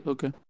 Okay